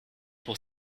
pour